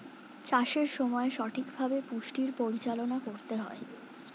চাষের সময় সঠিকভাবে পুষ্টির পরিচালনা করতে হয়